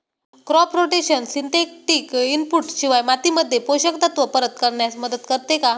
Crop rotation synthetic input शिवाय मातीमध्ये पोषक तत्त्व परत करण्यास मदत करते का?